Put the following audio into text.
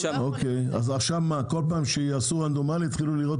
אז כל פעם שיעשו רנדומלי יתחילו לראות